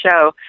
show